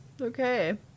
Okay